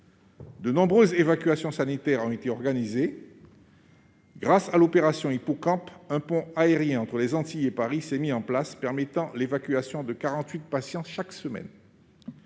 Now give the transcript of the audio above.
De nombreuses évacuations sanitaires ont été organisées. Grâce à l'opération Hippocampe, un pont aérien entre les Antilles et Paris s'est mis en place, permettant l'évacuation de 48 patients chaque semaine.